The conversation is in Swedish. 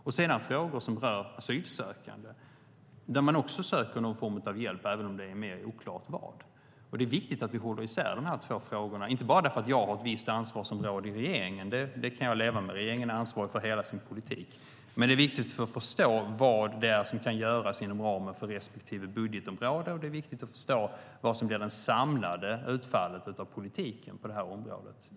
Sedan är det frågor som rör asylsökande, där man också söker någon form av hjälp även om det är mer oklart vad. Det är viktigt att vi håller isär de här två frågorna, inte bara för att jag har ett visst ansvarsområde i regeringen - det kan jag leva med; regeringen är ansvarig för hela sin politik - utan också för att förstå vad som kan göras inom ramen för respektive budgetområde och förstå vad som är det samlade utfallet av politiken på detta område.